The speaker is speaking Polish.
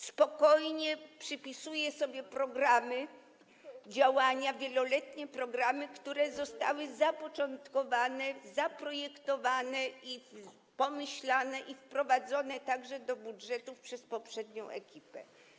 Spokojnie przypisuje sobie programy, działania, wieloletnie programy, które zostały zapoczątkowane, zaprojektowane, pomyślane, a także wprowadzone do budżetów przez poprzednią ekipę.